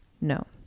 No